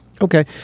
Okay